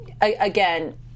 again